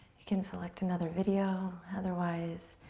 you can select another video. otherwise,